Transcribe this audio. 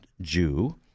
Jew